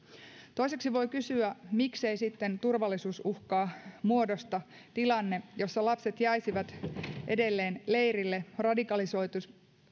toiseksi voi kysyä miksei sitten turvallisuusuhkaa muodosta tilanne jossa lapset jäisivät edelleen leirille radikalisoituisivat